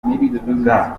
bwa